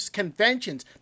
conventions